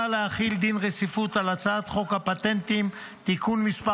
להחיל דין רציפות על הצעת חוק הפטנטים (תיקון מס'